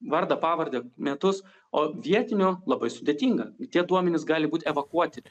vardą pavardę metus o vietinių labai sudėtinga tie duomenys gali būt evakuoti